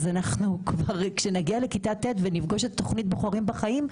אז כשנגיע לכיתה ט' ונפגוש את תוכנית "בוחרים בחיים",